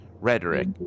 rhetoric